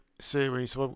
series